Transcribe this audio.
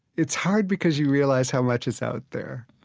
it's hard because you realize how much is out there